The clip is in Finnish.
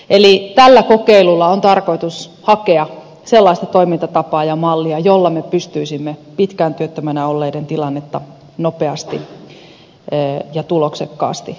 eli tällä kokeilulla on tarkoitus hakea sellaista toimintatapaa ja mallia jolla me pystyi simme pitkään työttömänä olleiden tilannetta nopeasti ja tuloksekkaasti helpottamaan